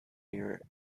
near